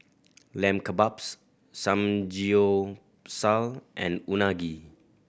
Lamb Kebabs Samgyeopsal and Unagi